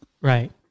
Right